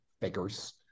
figures